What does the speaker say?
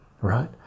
right